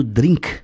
drink